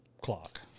clock